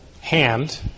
hand